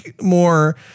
more